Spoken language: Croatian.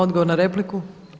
Odgovor na repliku.